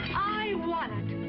i won